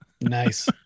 Nice